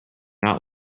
not